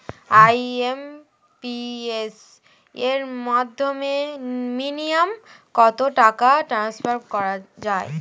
IMPS এর মাধ্যমে minimum কত টাকা ট্রান্সফার করা যায়?